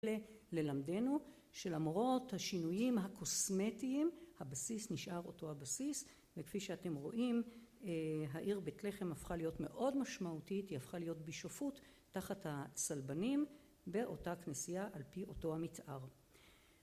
ללמדנו שלמרות השינויים הקוסמטיים הבסיס נשאר אותו הבסיס וכפי שאתם רואים העיר בית לחם הפכה להיות מאוד משמעותית היא הפכה להיות בשופוט תחת הצלבנים באותה כנסייה על פי אותו המתאר